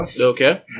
Okay